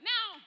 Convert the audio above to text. Now